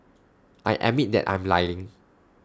I admit that I am lying